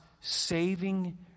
saving